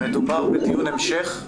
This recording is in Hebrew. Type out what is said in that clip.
מדובר בדיון המשך,